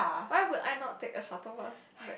why would I not take a shuttle bus back